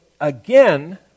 again